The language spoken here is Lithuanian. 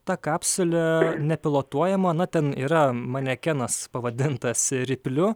ta kapsulė nepilotuojama na ten yra manekenas pavadintas ripliu